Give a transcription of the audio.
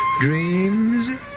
dreams